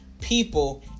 people